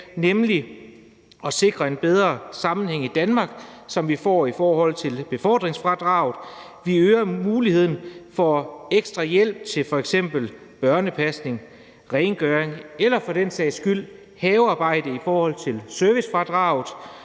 nemlig at sikre en bedre sammenhæng i Danmark, som vi får i forhold til befordringsfradraget. Vi øger muligheden for ekstra hjælp til f.eks. børnepasning, rengøring eller for den sags skyld havearbejde i forhold til servicefradraget,